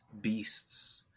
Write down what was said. beasts